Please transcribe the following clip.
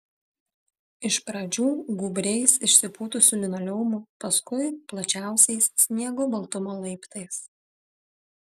iš pradžių gūbriais išsipūtusiu linoleumu paskui plačiausiais sniego baltumo laiptais